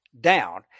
down